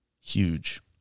huge